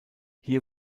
hier